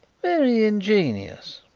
very ingenious,